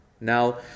Now